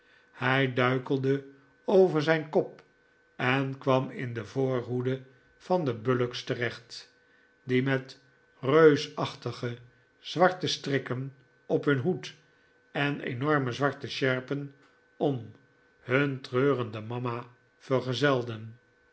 hij duikelde over zijn kop en kwam in de voorhoede van de bullocks terecht die met reusachtige zwarte strikken op hun hoed en enorme zwarte sjerpen om hun treurende mama vergezelden